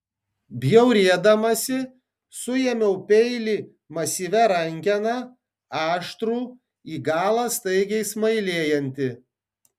bjaurėdamasi suėmiau peilį masyvia rankena aštrų į galą staigiai smailėjantį